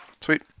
sweet